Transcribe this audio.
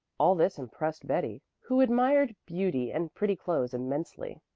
all this impressed betty, who admired beauty and pretty clothes immensely.